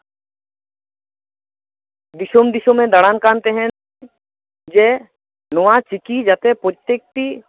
ᱫᱤᱥᱚᱢᱼᱫᱤᱥᱚᱢᱮ ᱫᱟᱬᱟᱱ ᱠᱟᱱ ᱛᱟᱦᱮᱸᱫ ᱡᱮ ᱱᱚᱣᱟ ᱪᱤᱠᱤ ᱡᱟᱛᱮ ᱯᱚᱛᱛᱮᱠᱴᱤ